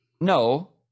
No